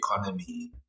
economy